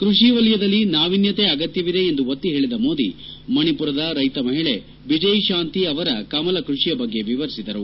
ಕ್ಬಷಿ ವಲಯದಲ್ಲಿ ನಾವೀನ್ಗತೆ ಅಗತ್ನವಿದೆ ಎಂದು ಒತ್ತಿ ಹೇಳಿದ ಮೋದಿ ಮಣಿಪುರದ ರ್ನೈತ ಮಹಿಳೆ ಬಿಜಯ್ಶಾಂತಿ ಅವರ ಕಮಲ ಕ್ಬಷಿಯ ಬಗ್ಗೆ ವಿವರಿಸಿದರು